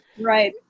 right